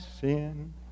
sin